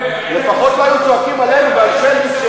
לפחות לא היו צועקים עלינו ועל שלי,